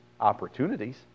opportunities